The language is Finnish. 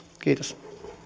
kiitos